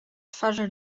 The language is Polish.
twarzy